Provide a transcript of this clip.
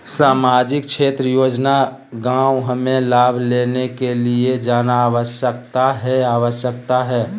सामाजिक क्षेत्र योजना गांव हमें लाभ लेने के लिए जाना आवश्यकता है आवश्यकता है?